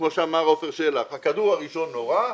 כמו שאמר עפר שלח, הכדור הראשון נורה,